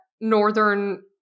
Northern